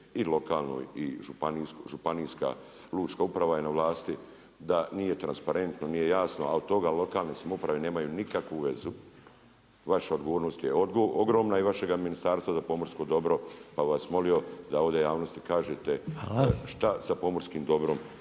i lokalne i županijska lučka uprava je na vlasti, da nije transparentno, nije jasno ali od toga lokalne samouprave nemaju nikakvu vezu. Vaša odgovornost je ogromna i vašega ministarstva za pomorsko dobro pa bi vas molio da ovdje javnosti kažete šta sa pomorskim dobrom